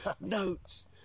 notes